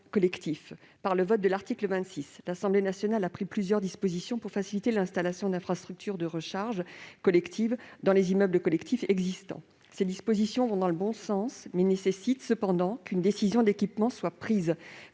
collectifs. En adoptant l'article 26 , l'Assemblée nationale a pris plusieurs dispositions destinées à faciliter l'installation d'infrastructures de recharge collectives dans les immeubles collectifs existants. Ces mesures vont dans le bon sens, mais elles nécessitent qu'une décision d'équipement soit prise